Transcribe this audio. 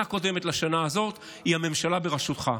קודמת לשנה זאת הוא הממשלה בראשותך.